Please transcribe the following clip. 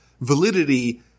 validity